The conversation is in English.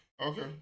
Okay